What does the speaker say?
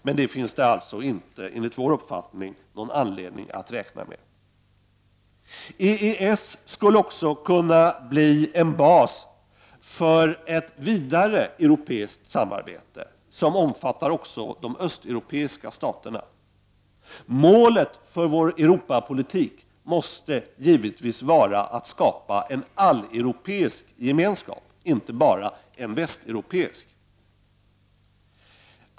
Men det finns det enligt vår uppfattning inte någon anledning att räkna med. EES skulle också kunna bli en bas för ett vidare europeiskt samarbete som även omfattade de östeuropeiska staterna. Målet för vår Europapolitik måste givetvis vara att skapa en alleuropeisk gemenskap, inte bara en västeuropeisk.